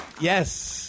Yes